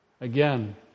again